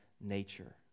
nature